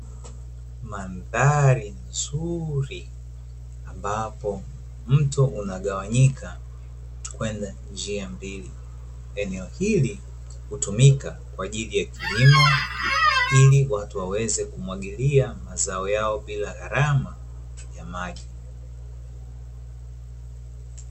Mandhali nzuuri ambapo mto unagawanyika kwenda njia mbili, eneo hili hutumika kwa ajili ya kilimo, ili watu waweze kumwagilia mazao yao bila gharama ya maji.